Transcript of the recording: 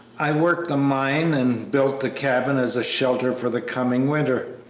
i worked the mine and built the cabin as a shelter for the coming winter.